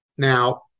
Now